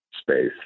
space